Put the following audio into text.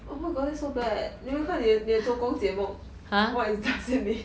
oh my god that's so bad 你有没有看你的周公解梦 what is does that mean